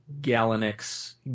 Galanix